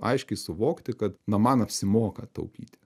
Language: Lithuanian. aiškiai suvokti kad na man apsimoka taupyti